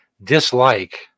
Dislike